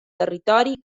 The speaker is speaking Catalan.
territori